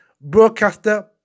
broadcaster